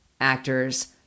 actors